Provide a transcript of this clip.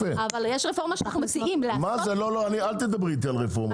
ישנה רפורמה שאנחנו מציעים --- אל תדברי איתי על רפורמות,